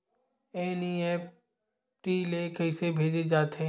NEFT ले कइसे भेजे जाथे?